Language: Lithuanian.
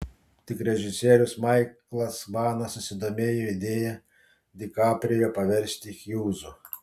tik režisierius maiklas manas susidomėjo idėja di kaprijo paversti hjūzu